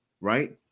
right